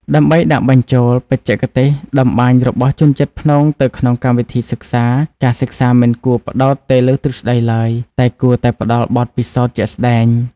ដើម្បីដាក់បញ្ចូលបច្ចេកទេសតម្បាញរបស់ជនជាតិព្នងទៅក្នុងកម្មវិធីសិក្សា ការសិក្សាមិនគួរផ្តោតតែលើទ្រឹស្តីឡើយ តែគួរតែផ្តល់បទពិសោធន៍ជាក់ស្តែង។